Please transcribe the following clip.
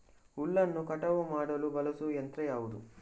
ಹುಲ್ಲನ್ನು ಕಟಾವು ಮಾಡಲು ಬಳಸುವ ಯಂತ್ರ ಯಾವುದು?